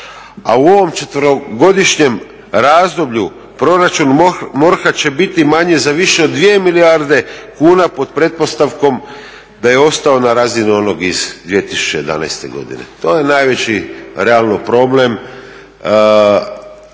A u ovom četverogodišnjem razdoblju proračun MORH-a će biti manji za više od 2 milijarde kuna pod pretpostavkom da je ostao na razini onog iz 2011. godine. To je najveći realno problem